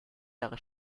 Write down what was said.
jahre